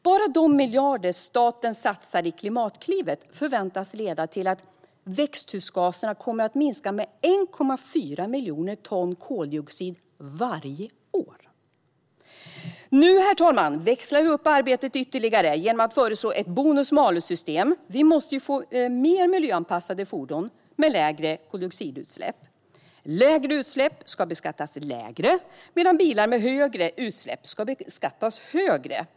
Bara de miljarder staten satsar i Klimatklivet förväntas leda till att växthusgaserna kommer att minska med 1,4 miljoner ton koldioxid varje år. Nu, herr talman, växlar vi upp arbetet ytterligare genom att föreslå ett bonus-malus-system. Vi måste få mer miljöanpassade fordon med lägre koldioxidutsläpp. Lägre utsläpp ska beskattas lägre medan bilar med högre utsläpp ska beskattas högre.